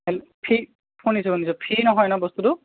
হেল free শুনিছোঁ শুনিছোঁ free নহয় ন বস্তুটো